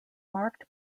marked